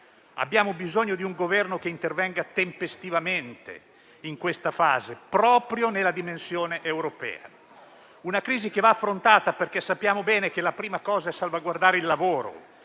Abbiamo bisogno di un Governo che intervenga tempestivamente in questa fase proprio nella dimensione europea. È una crisi che va affrontata perché sappiamo bene che la prima cosa è salvaguardare il lavoro.